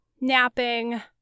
napping